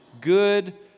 good